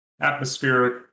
atmospheric